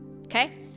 Okay